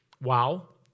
Wow